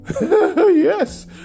Yes